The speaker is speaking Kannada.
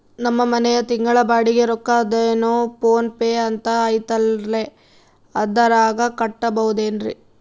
ನಮ್ಮ ಮನೆಯ ತಿಂಗಳ ಬಾಡಿಗೆ ರೊಕ್ಕ ಅದೇನೋ ಪೋನ್ ಪೇ ಅಂತಾ ಐತಲ್ರೇ ಅದರಾಗ ಕಟ್ಟಬಹುದೇನ್ರಿ?